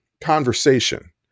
conversation